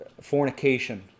fornication